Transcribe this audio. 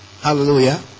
hallelujah